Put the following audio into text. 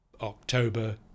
October